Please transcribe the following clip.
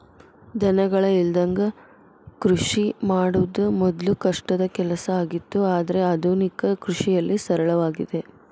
ದನಗಳ ಇಲ್ಲದಂಗ ಕೃಷಿ ಮಾಡುದ ಮೊದ್ಲು ಕಷ್ಟದ ಕೆಲಸ ಆಗಿತ್ತು ಆದ್ರೆ ಆದುನಿಕ ಕೃಷಿಯಲ್ಲಿ ಸರಳವಾಗಿದೆ